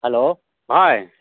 hello ꯚꯥꯏ